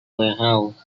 warehouses